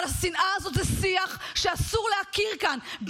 אבל השנאה הזאת זה שיח שאסור להכיר בו כאן,